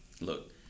Look